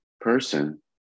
person